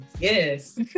Yes